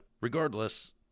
regardless